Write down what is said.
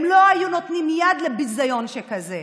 הם לא היו נותנים יד לביזיון שכזה.